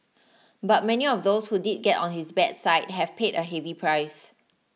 but many of those who did get on his bad side have paid a heavy price